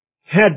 head